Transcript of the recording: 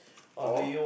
or